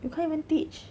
you can't even teach